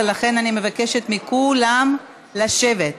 ולכן אני מבקשת מכולם לשבת.